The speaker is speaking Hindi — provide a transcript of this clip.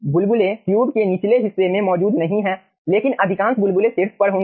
बुलबुले ट्यूब के निचले हिस्से में मौजूद नहीं हैं लेकिन अधिकांश बुलबुले शीर्ष पर होंगे